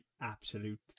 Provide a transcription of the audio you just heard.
absolute